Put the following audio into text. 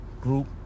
Group